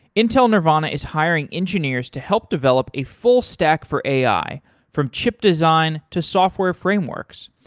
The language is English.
intel nervana is hiring engineers to help develop a full stack for ai from chip design to software frameworks.